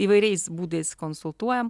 įvairiais būdais konsultuojam